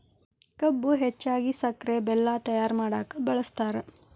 ಕಬ್ಬು ಹೆಚ್ಚಾಗಿ ಸಕ್ರೆ ಬೆಲ್ಲ ತಯ್ಯಾರ ಮಾಡಕ ಬಳ್ಸತಾರ